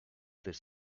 this